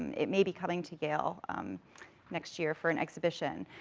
it may be coming to yale next year for an exhibition.